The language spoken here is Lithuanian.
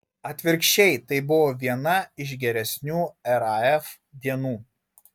atvirkščiai tai buvo viena iš geresnių raf dienų